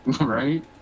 Right